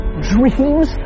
Dreams